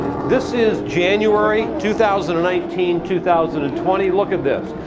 this is january two thousand and nineteen, two thousand and twenty. look at this.